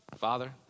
Father